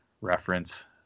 reference